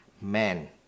man